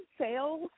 sales